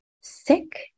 sick